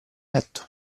letto